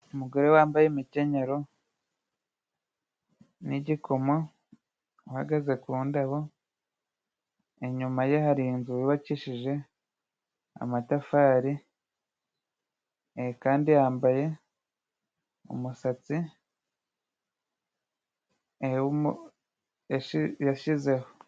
Umugore wambaye imikenyero n'igikomo, uhagaze ku ndabo ,inyuma ye hari inzu yubakishije amatafari kandi yambaye umusatsi yashizeho.